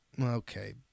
Okay